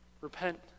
Repent